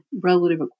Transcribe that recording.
relative